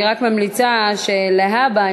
אני רק ממליצה שלהבא,